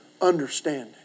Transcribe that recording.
understanding